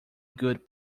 good